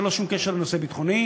שאין לו שום קשר לנושא ביטחוני,